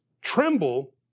tremble